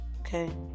Okay